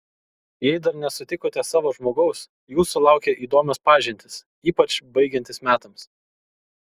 jei dar nesutikote savo žmogaus jūsų laukia įdomios pažintys ypač baigiantis metams